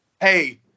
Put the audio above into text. Hey